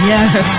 Yes